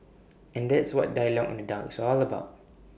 and that's what dialogue in the dark is all about